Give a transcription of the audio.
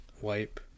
wipe